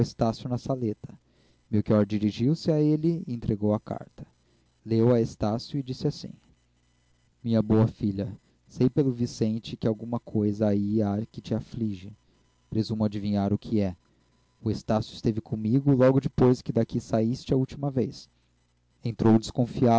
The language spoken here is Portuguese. estácio na saleta melchior dirigiu-se a ele e entregou a carta leu-a estácio e dizia assim minha boa filha sei pelo vicente que alguma coisa aí há que te aflige presumo adivinhar o que é o estácio esteve comigo logo depois que daqui saíste a última vez entrou desconfiado